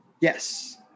Yes